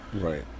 Right